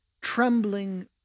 trembling